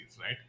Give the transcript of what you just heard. right